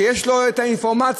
שיש לו את האינפורמציה,